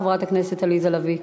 חברת הכנסת עליזה לביא.